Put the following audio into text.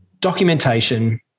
documentation